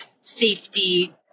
safety